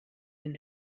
den